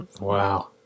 Wow